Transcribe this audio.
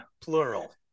Plural